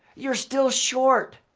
you're still short.